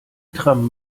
tram